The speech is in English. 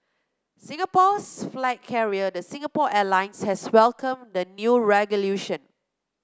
Singapore's flag carrier the Singapore Airlines has welcomed the new regulation